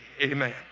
amen